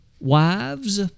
Wives